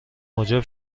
موجب